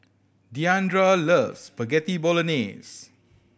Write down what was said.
Deandra loves Spaghetti Bolognese